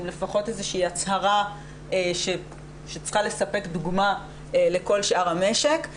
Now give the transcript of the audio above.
עם לפחות איזושהי הצהרה שצריכה לספק דוגמה לכל שאר המשק.